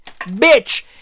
Bitch